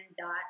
dot